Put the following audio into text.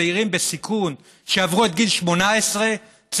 צעירים בסיכון שעברו את גיל 18 צריכים